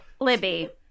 Libby